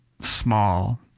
small